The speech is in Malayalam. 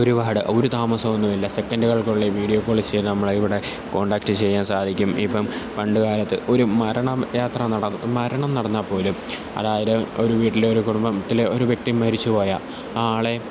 ഒരുവാട് ഒരു താമസമൊന്നും ഇല്ല സെക്കന്റുകൾക്കുള്ളില് വീഡിയോ കോള് ചെയ്ത് നമ്മളെ ഇവിടെ കോണ്ടാക്റ്റ് ചെയ്യാന് സാധിക്കും ഇപ്പോള് പണ്ടുകാലത്ത് ഒരു മരണം യാത്ര നടന്നു മരണം നടന്നാല്പ്പോലും അതായത് ഒരു വീട്ടിലൊരു കുടുംബത്തില് ഒരു വ്യക്തി മരിച്ചുപോയാ ആ ആളെ